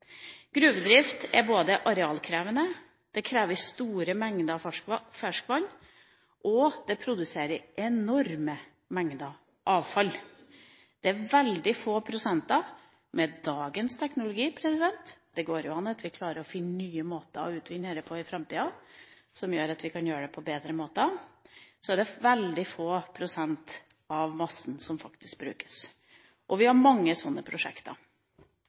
Gruvedrift er både arealkrevende, krever store mengder ferskvann og produserer enorme mengder avfall. Vi kan klare å finne nye måter å utvinne på i framtida som gjør at vi kan gjøre det på bedre måter, men med dagens teknologi er det veldig få prosent av massen som faktisk brukes, og vi har mange sånne prosjekter.